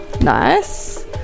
Nice